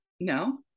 No